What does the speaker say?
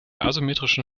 asymmetrischen